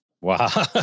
Wow